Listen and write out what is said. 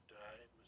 died